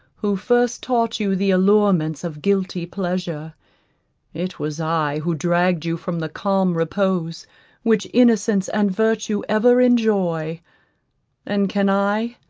who first taught you the allurements of guilty pleasure it was i who dragged you from the calm repose which innocence and virtue ever enjoy and can i,